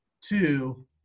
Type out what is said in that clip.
two